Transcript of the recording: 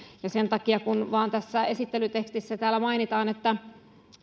ja sen takia vain kun tässä esittelytekstissä mainitaan että